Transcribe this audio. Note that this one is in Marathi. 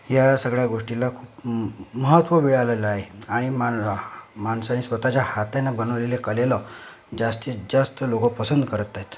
या सगळ्या गोष्टीला खूप महत्व मिळालेलं आहे आणि माण माणसाने स्वतःच्या हाताने बनवलेल्या कलेला जास्तीत जास्त लोक पसंत करत आहेत